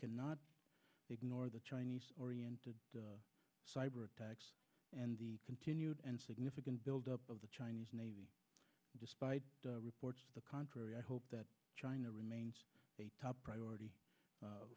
cannot ignore the chinese oriented cyber attacks and the continued and significant build up of the chinese navy despite reports the contrary i hope that china remains a top priority